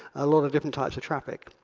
a lot of different types of traffic.